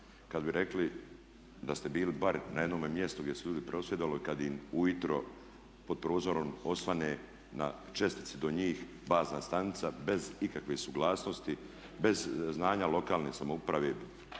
kad bi rekli da ste bili bar na jednome mjestu gdje su ljudi prosvjedovali kad im ujutro pod prozorom osvane na čestici do njih bazna stanica bez ikakve suglasnosti, bez znanja lokalne samouprave